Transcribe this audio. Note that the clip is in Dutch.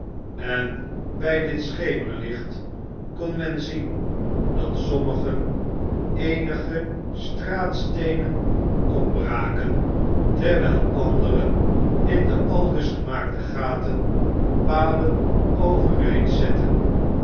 en bij dit schemerlicht kon men zien dat sommigen eenige straatsteenen opbraken terwijl anderen in de aldus gemaakte gaten palen overeind zetten